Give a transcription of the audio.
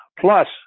Plus-